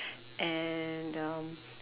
and um